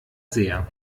sehr